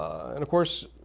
and of course,